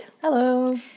Hello